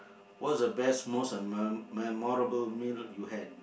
what was the best most me~ memorable meal you had